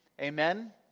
Amen